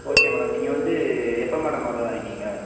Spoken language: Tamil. ஓகே மேடம் நீங்கள் வந்து எப்போ மேடம் வரதாக இருக்கீங்க